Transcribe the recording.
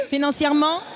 Financièrement